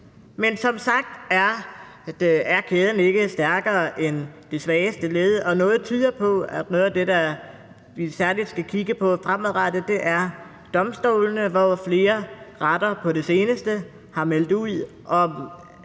Men som sagt er kæden ikke stærkere end det svageste led, og noget tyder på, at noget af det, vi særlig skal kigge på fremadrettet, er domstolene, hvor flere retter på det seneste har meldt ud om